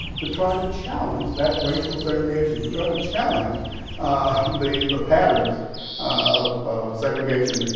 to try to challenge that racial segregation, to try to challenge the the patterns of of segregation,